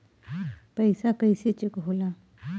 पैसा कइसे चेक होला?